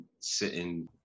sitting